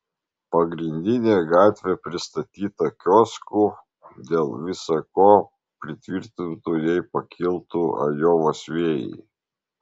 pagrindinė gatvė pristatyta kioskų dėl visa ko pritvirtintų jei pakiltų ajovos vėjai